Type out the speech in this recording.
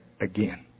again